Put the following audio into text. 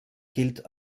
gilt